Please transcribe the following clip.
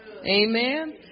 Amen